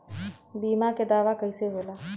बीमा के दावा कईसे होला?